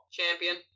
champion